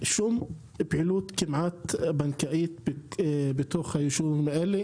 אין כמעט שום פעילות בנקאית בתוך היישובים האלה